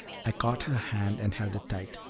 i caught her hand and held it tight.